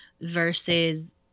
versus